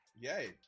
Yay